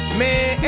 man